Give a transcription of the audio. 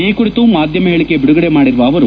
ಈ ಕುರಿತು ಮಾದ್ಯಮ ಹೇಳಿಕೆ ಬಿದುಗಡೆ ಮಾಡಿರುವ ಅವರು